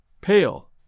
pale